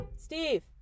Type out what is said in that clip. Steve